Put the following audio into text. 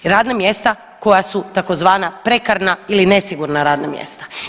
Radna mjesta koja su tzv. prekarna ili nesigurna radna mjesta.